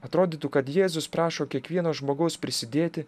atrodytų kad jėzus prašo kiekvieno žmogaus prisidėti